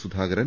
Sudhakaran